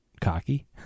cocky